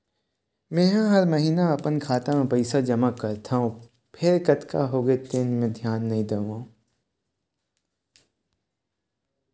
मेंहा हर महिना अपन खाता म पइसा जमा करथँव फेर कतका होगे तेन म धियान नइ देवँव